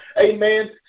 amen